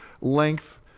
length